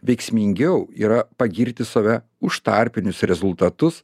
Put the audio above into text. veiksmingiau yra pagirti save už tarpinius rezultatus